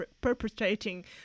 perpetrating